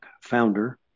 founder